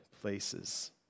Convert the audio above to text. places